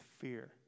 fear